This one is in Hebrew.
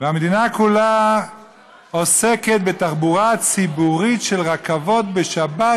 והמדינה כולה עוסקת בתחבורה ציבורית של רכבות בשבת,